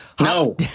No